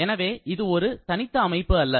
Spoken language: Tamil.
எனவே இது ஒரு தனித்த அமைப்பு அல்ல